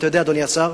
אתה יודע, אדוני השר,